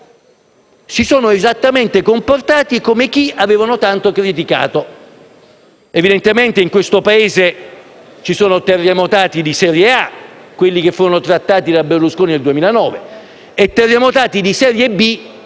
esattamente come chi avevano tanto criticato. Evidentemente in questo Paese ci sono terremotati di serie A, quelli che sono stati trattati da Berlusconi nel 2009, e terremotati di serie B,